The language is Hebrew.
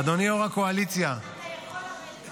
אדוני יו"ר הקואליציה -- אני חושבת שכן.